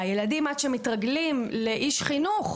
הילדים עד שמתרגלים לאיש חינוך,